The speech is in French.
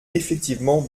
effectivement